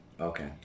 Okay